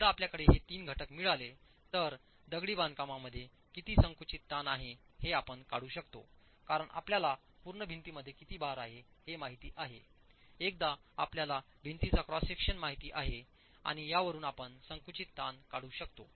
एकदा आपल्याकडे हे तीन घटक मिळाले तर दगडी बांधकाम मध्ये किती संकुचित ताण आहे ते आपण काढू शकतो कारण आपल्याला पूर्ण भिंतीमध्ये किती भार आहे ते माहिती आहे एकदा आपल्याला भिंतीचा क्रॉस सेक्शन माहिती आहे आणि यावरून आपण संकुचित ताण काढू शकतो